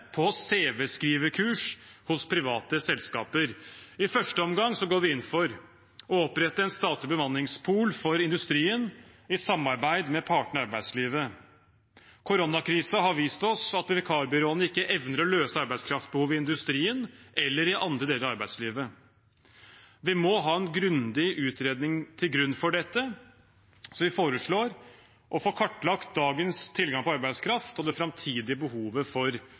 på cv-skrivekurs hos private selskaper. I første omgang går vi inn for å opprette en statlig bemanningspool for industrien i samarbeid med partene i arbeidslivet. Koronakrisen har vist oss at vikarbyråene ikke evner å løse arbeidskraftbehovet i industrien eller i andre deler av arbeidslivet. Vi må ha en grundig utredning til grunn for dette, så vi foreslår å få kartlagt dagens tilgang på arbeidskraft og det framtidige behovet for